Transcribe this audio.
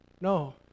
No